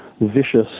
vicious